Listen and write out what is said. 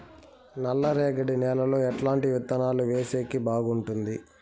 నల్లరేగడి నేలలో ఎట్లాంటి విత్తనాలు వేసేకి బాగుంటుంది?